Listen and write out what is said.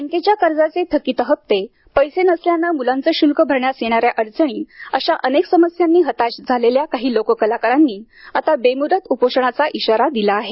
बँकेच्या कर्जाचे थकीत हप्ते पैसे नसल्यानं मुलांचे शुल्क भरण्यात येणाऱ्या अडचणी अशा अनेक समस्यांनी हताश झालेल्या काही लोककलाकारांनी आता बेमुदत उपोषणाचा इशारा दिला आहे